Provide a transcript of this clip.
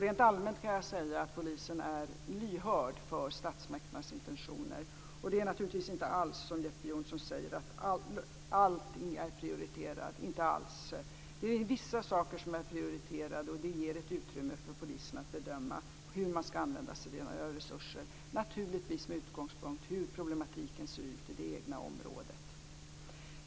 Rent allmänt kan jag säga att polisen är lyhörd för statsmakternas intentioner. Det är naturligtvis inte alls som Jeppe Johnsson säger, dvs. att allting är prioriterat - inte alls. Det är vissa saker som är prioriterade, och det ger ett utrymme för polisen att bedöma hur man skall använda sina resurser, naturligtvis med utgångspunkt i hur problematiken ser ut i det egna området.